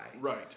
Right